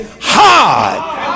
hard